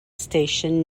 station